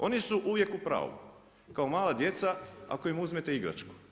Oni su uvijek u pravu, kao mala djeca ako im uzmete igračku.